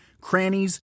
crannies